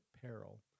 peril